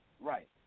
Right